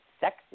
sexy